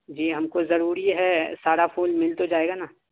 جی ہم کو ضروری ہے سارا پھول مل تو جائے گا نا